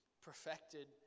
perfected